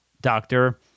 doctor